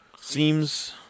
Seems